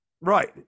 Right